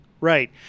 Right